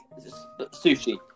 sushi